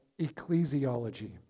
ecclesiology